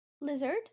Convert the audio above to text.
Lizard